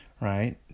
right